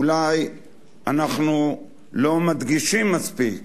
אולי אנחנו לא מדגישים מספיק